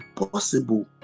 impossible